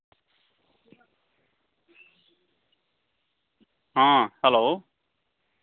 ᱦᱮᱸ ᱦᱮᱞᱳ